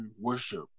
worship